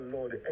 Lord